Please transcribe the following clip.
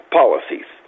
policies